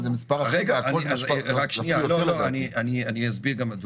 אני אסביר גם מדוע.